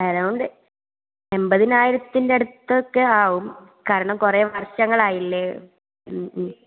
around എൺപതിനായിരത്തിൻ്റെ അടുത്തൊക്കെയാവും കാരണം കുറേ വർഷങ്ങളായില്ലേ ഉം ഉം